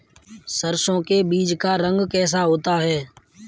सरसों के बीज का रंग कैसा होता है?